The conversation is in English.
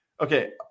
Okay